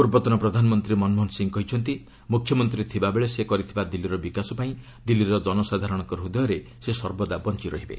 ପୂର୍ବତନ ପ୍ରଧାନମନ୍ତ୍ରୀ ମନମୋହନ ସିଂହ କହିଛନ୍ତି ମୁଖ୍ୟମନ୍ତ୍ରୀ ଥିବାବେଳେ ସେ କରିଥିବା ଦିଲ୍ଲୀର ବିକାଶ ପାଇଁ ଦିଲ୍ଲୀର ଜନସାଧାରଣଙ୍କ ହୃଦୟରେ ସେ ସର୍ବଦା ବଞ୍ଚି ରହିବେ